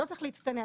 לא צריך להצטנע,